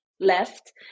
left